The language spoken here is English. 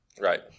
Right